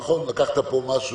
נכון, לקחת פה משהו,